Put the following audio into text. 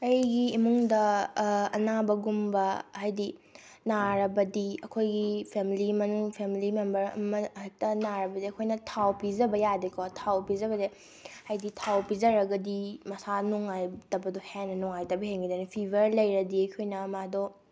ꯑꯩꯒꯤ ꯏꯃꯨꯡꯗ ꯑꯅꯥꯕꯒꯨꯝꯕ ꯍꯥꯏꯗꯤ ꯅꯥꯔꯕꯗꯤ ꯑꯩꯈꯣꯏꯒꯤ ꯐꯦꯃꯂꯤ ꯃꯅꯨꯡ ꯐꯦꯃꯂꯤ ꯃꯦꯝꯕꯔ ꯑꯃ ꯍꯦꯛꯇ ꯅꯥꯔꯕꯗꯤ ꯑꯩꯈꯣꯏꯅ ꯊꯥꯎ ꯄꯤꯖꯕ ꯌꯥꯗꯦꯀꯣ ꯊꯥꯎ ꯄꯤꯖꯕꯗꯤ ꯍꯥꯏꯗꯤ ꯊꯥꯎ ꯄꯤꯖꯔꯒꯗꯤ ꯃꯁꯥ ꯅꯨꯡꯉꯥꯏꯇꯕꯗꯤ ꯍꯦꯟꯅ ꯅꯨꯡꯉꯥꯏꯇꯕ ꯍꯦꯟꯈꯤꯗꯣꯏꯅꯤ ꯐꯤꯕꯔ ꯂꯩꯔꯗꯤ ꯑꯩꯈꯣꯏꯅ ꯃꯥꯗꯣ